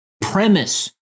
premise